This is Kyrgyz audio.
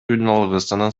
үналгысынын